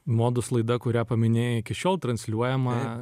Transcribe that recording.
modus laida kurią paminėjai iki šiol transliuojama